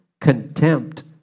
contempt